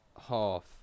half